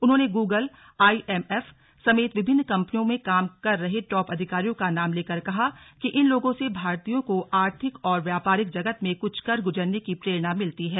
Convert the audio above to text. उन्होंने Google IMF समेत विभिन्न कंपनियों में काम कर रहे टॉप अधिकारियों का नाम लेकर कहा कि इन लोगों से भारतीयों को आर्थिक और व्यापारिक जगत में कुछ कर गुजरने की प्रेरणा मिलती है